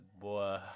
boy